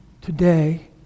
Today